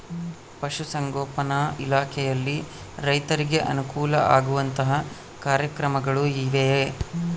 ಪಶುಸಂಗೋಪನಾ ಇಲಾಖೆಯಲ್ಲಿ ರೈತರಿಗೆ ಅನುಕೂಲ ಆಗುವಂತಹ ಕಾರ್ಯಕ್ರಮಗಳು ಇವೆಯಾ?